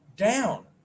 down